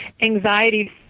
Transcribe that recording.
anxiety